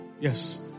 Yes